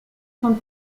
sont